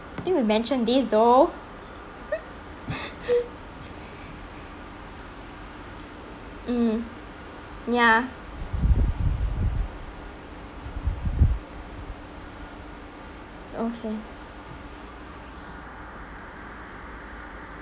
think we mentioned this though mm ya okay